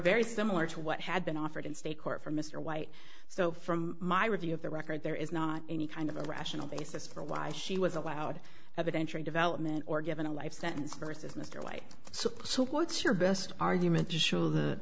very similar to what had been offered in state court for mr white so from my review of the record there is not any kind of a rational basis for why she was allowed to have an entry development or given a life sentence versus mr lay so so what's your best argument to show that